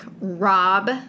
Rob